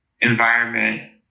environment